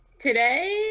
Today